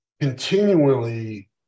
continually